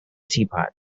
teapot